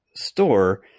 store